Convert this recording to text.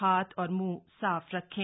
हाथ और मुंह साफ रखें